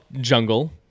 Jungle